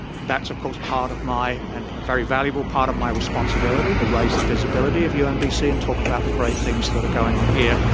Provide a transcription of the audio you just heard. that's of course part of my, and a very valuable part of my responsibility to raise the visibility of umbc and talk about the great things that are going on here,